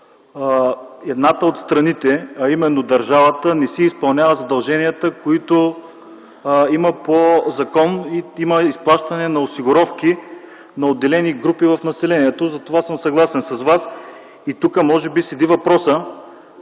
едната от страните, а именно държавата, не изпълнява задълженията си, които има по закон – има изплащане на осигуровки на отделни групи от населението. За това съм съгласен с Вас. Тук, пред цялото